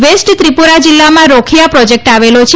waste Tripura જિલ્લામાં Rokhia project આવેલો છે